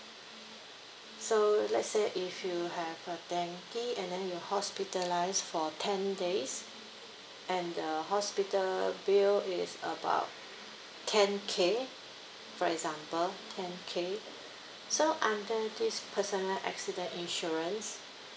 so let's say if you have a dengue and then you're hospitalised for ten days and the hospital bill is about ten K for example ten K so under this personal accident insurance